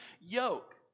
yoke